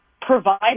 provide